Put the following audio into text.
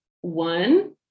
one